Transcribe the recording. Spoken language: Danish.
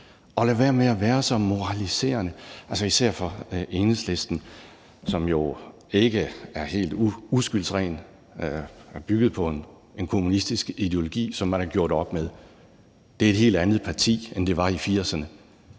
og lader være med at være så moraliserende, især fra Enhedslistens side, som jo ikke er helt uskyldsrene – er bygget på en kommunistisk ideologi, som man har gjort op med. Det er et helt andet parti, end det var i 1980'erne,